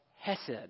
Hesed